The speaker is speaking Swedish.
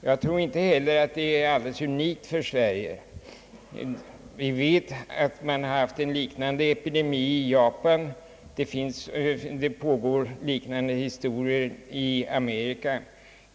Jag tror inte heller att det är alldeles unikt för Sverige. Vi vet att man haft en liknande epidemi i Japan, och det pågår liknande historier i Amerika.